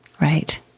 Right